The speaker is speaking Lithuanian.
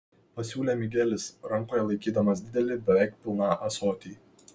pasiūlė migelis rankoje laikydamas didelį beveik pilną ąsotį